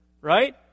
right